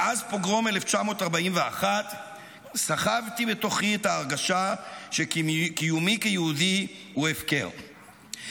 מאז פוגרום 1941 סחבתי בתוכי את ההרגשה שקיומי כיהודי הוא הפקר.